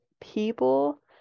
people